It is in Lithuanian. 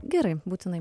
gerai būtinai